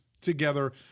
together